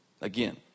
Again